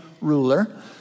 ruler